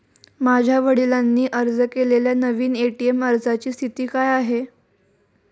माझ्या वडिलांनी अर्ज केलेल्या नवीन ए.टी.एम अर्जाची स्थिती काय आहे?